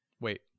Wait